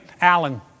Alan